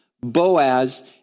Boaz